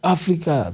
Africa